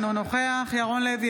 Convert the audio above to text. אינו נוכח ירון לוי,